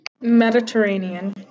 Mediterranean